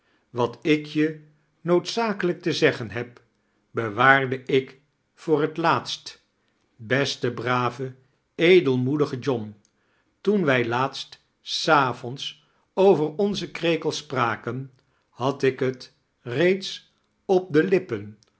wat ik je noodzakelijk te zeggen heb bewaard ik voor het laatst beste brave edelmoedige john toen wij laatst s avonds over onizen krekel spraken had ik t reeds op de lippen